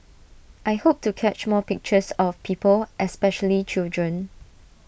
I hope to catch more pictures of people especially children